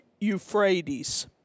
Euphrates